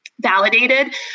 validated